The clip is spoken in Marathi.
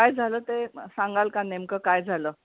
काय झालं ते सांगाल का नेमकं काय झालं